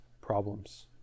problems